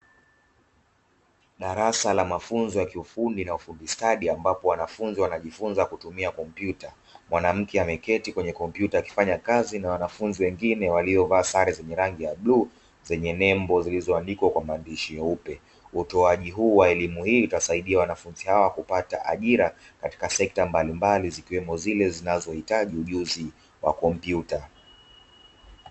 Darasa la mafunzo ya kiufundi na ufundi stadi ambapo wanafunzi wanajifunza kutumia kompyuta, mwanamke ameketi kwenye kompyuta akifanya kazi na wanafunzi wengine waliovaa sare zenye rangi ya bluu zenye nembo zilizoandikwa kwa maandishi meupe, utoaji huu wa elimu hii itasaidia wanafunzi hawa kupata ajira katika sekta mbalimbali zikiwemo zile zinazohitaji ujuzi wa kompyuta.